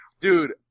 Dude